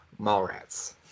Mallrats